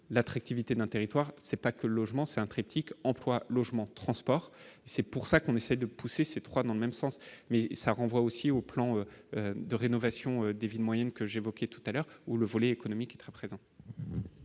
l'attractivité d'un territoire, c'est pas que le logement c'est un triptyque : emploi, logement, transport, c'est pour ça qu'on essaye de pousser ses proies dans le même sens, mais ça renvoie aussi au plan de rénovation des villes moyennes que j'évoquais tout à l'heure où le volet économique très présent.